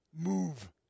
move